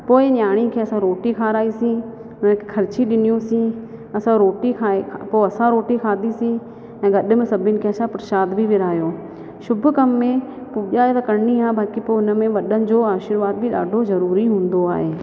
पोएं नियाणी खे असां रोटी खाराइसीं उन खे ख़र्ची ॾिनियूंसीं असां रोटी खाई पोइ असां रोटी खाधीसीं ऐं गॾ में सभिनि खे असां प्रशाद बि विरिहायो शुभ कम में पूॼा त करिणी आहे बाक़ी पोइ उन में वॾनि जो आशीर्वाद बि ॾाढो ज़रूरी हूंदो आहे